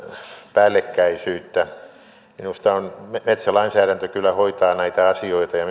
päällekkäisyyttä metsälainsäädäntö kyllä hoitaa näitä asioita ja